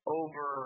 over